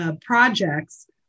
projects